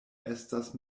estas